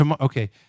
Okay